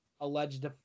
alleged